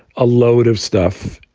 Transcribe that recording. a load of stuff.